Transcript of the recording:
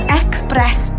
express